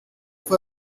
fue